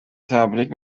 تبریگ